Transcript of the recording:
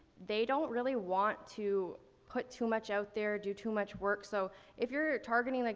they don't really want to put too much out there, do too much work. so if you're targeting, like,